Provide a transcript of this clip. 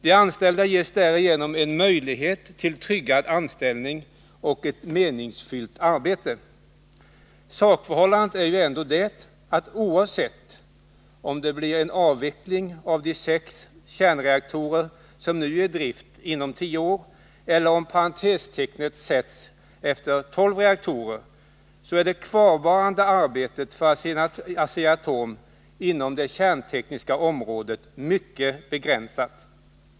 De anställda ges därigenom en möjlighet till tryggad anställning och ett meningsfyllt arbete. Sakförhållandet är ju ändå det, att oavsett om det inom tio år blir en avveckling av de sex kärnreaktorer som nu är i drift eller om parentestecknet sätts efter tolv reaktorer, så är kvarvarande arbete för Asea-Atom inom det kärntekniska området mycket begränsat.